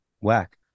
whack